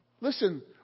listen